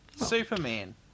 Superman